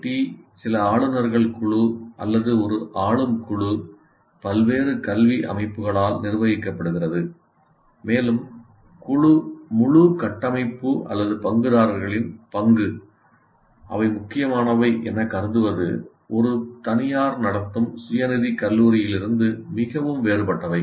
D சில ஆளுநர்கள் குழு அல்லது ஒரு ஆளும் குழு பல்வேறு கல்வி அமைப்புகளால் நிர்வகிக்கப்படுகிறது மேலும் முழு கட்டமைப்பு அல்லது பங்குதாரர்களின் பங்கு அவை முக்கியமானவை எனக் கருதுவது ஒரு தனியார் நடத்தும் சுயநிதி கல்லூரியிலிருந்து மிகவும் வேறுபட்டவை